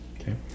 okay